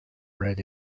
red